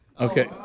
Okay